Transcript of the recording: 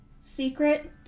secret